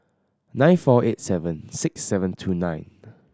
nine four eight seven six seven two nine